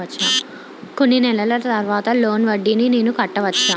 కొన్ని నెలల తర్వాత లోన్ వడ్డీని నేను కట్టవచ్చా?